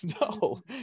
No